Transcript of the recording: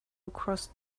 across